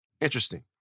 interesting